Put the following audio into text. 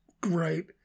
great